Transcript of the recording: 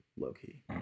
Low-key